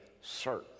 certain